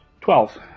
Twelve